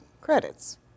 credits